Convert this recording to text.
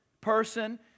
person